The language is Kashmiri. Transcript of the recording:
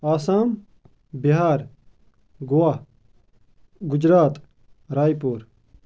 آسام بِہار گووا گُجرات راے پوٗر